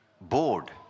bored